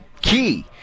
key